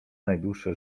najdłuższe